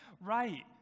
right